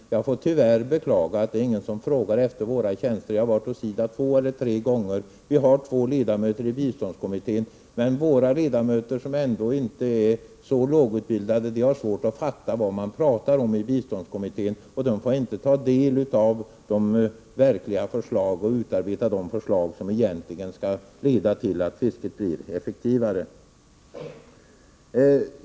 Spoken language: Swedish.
Jag beklagar att det inte är någon som efterfrågar våra tjänster. Själv har jag i alla fall varit på SIDA två tre gånger. Vi har två ledamöter i biståndskommittén. De är inte så lågt utbildade, men de har ändå svårt att fatta vad man talar om i biståndskommittén. De får inte ta del av och utarbeta de förslag som skall leda till att fisket blir effektivare.